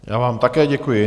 Já vám také děkuji.